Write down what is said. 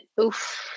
oof